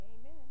Amen